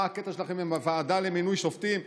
מה הקטע שלכם עם הוועדה למינוי שופטים?